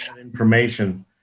information